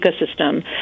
ecosystem